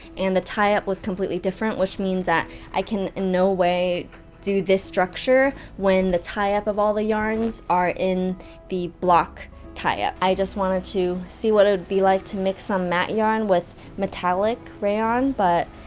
and the tie up was completely different, which means that i can in no way do this structure when the tie up of all the yarns are in the block tie up. i just wanted to see what it would be like to mix some matte yarns, with metallic, metallic, rayon but.